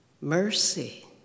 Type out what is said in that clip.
mercy